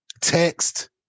text